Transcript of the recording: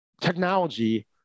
Technology